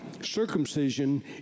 Circumcision